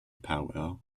powell